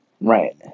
right